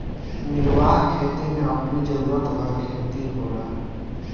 निर्वाह खेती में अपनी जरुरत भर खेती होला